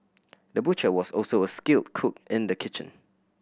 the butcher was also a skilled cook in the kitchen